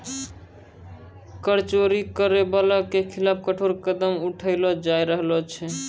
कर चोरी करै बाला के खिलाफ कठोर कदम उठैलो जाय रहलो छै